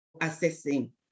assessing